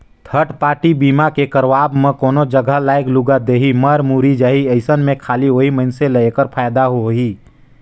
third party के बीमा करवाब म कोनो जघा लागय लूगा देही, मर मुर्री जाही अइसन में खाली ओही मइनसे ल ऐखर फायदा होही